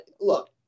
look